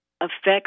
affects